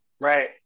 Right